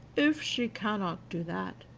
if she cannot do that,